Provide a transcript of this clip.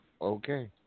Okay